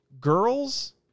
girls